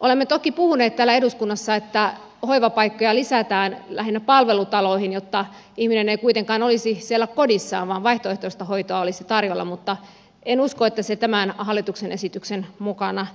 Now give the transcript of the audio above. olemme toki puhuneet täällä eduskunnassa että hoivapaikkoja lisätään lähinnä palvelutaloihin jotta ihminen ei kuitenkaan olisi siellä kodissaan vaan vaihtoehtoista hoitoa olisi tarjolla mutta en usko että se tämän hallituksen esityksen mukana